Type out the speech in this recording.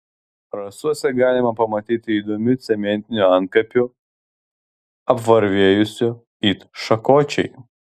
rasose galima pamatyti įdomių cementinių antkapių apvarvėjusių it šakočiai